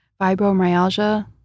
Fibromyalgia